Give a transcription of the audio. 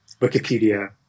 Wikipedia